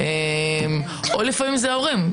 או לפעמים זה הורים.